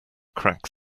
crack